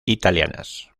italianas